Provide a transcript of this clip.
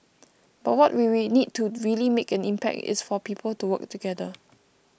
but what we we need to really make an impact is for people to work together